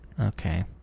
Okay